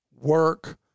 work